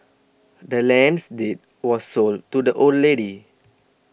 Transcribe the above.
the land's deed was sold to the old lady